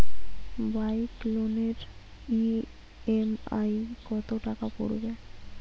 Bike লোনের EMI কত টাকা পড়বে?